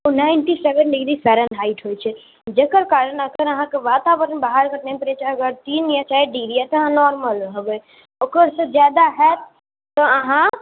ओ ninety seven degree Fahrenheit होइ छै जकर कारण अगर अहाँके वातावरण बाहरके टेम्प्रेचर अगर तीन या चारि डिग्री अइ तऽ अहाँ नॉर्मल रहबै ओकरसँ जादा हैत तऽ अहाँ